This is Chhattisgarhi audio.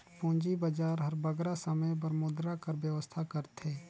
पूंजी बजार हर बगरा समे बर मुद्रा कर बेवस्था करथे